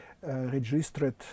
registered